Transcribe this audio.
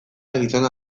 gizona